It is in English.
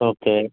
okay